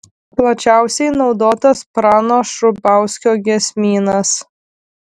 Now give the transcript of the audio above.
plačiausiai naudotas prano šrubauskio giesmynas